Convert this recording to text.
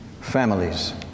families